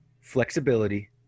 flexibility